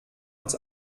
als